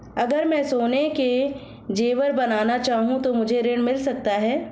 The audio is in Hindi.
अगर मैं सोने के ज़ेवर बनाना चाहूं तो मुझे ऋण मिल सकता है?